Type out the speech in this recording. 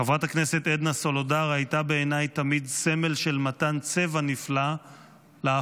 חברת הכנסת עדנה סולודר הייתה בעיניי תמיד סמל של מתן צבע נפלא לאפור.